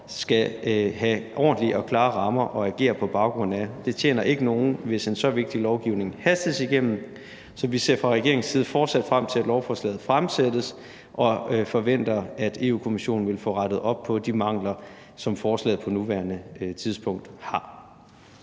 skal have ordentlige og klare rammer at agere på baggrund af. Det tjener ikke nogen, hvis en så vigtig lovgivning hastes igennem, så vi ser fra regeringens side fortsat frem til, at lovforslaget fremsættes, og forventer, at Europa-Kommissionen vil få rettet op på de mangler, som forslaget på nuværende tidspunkt har.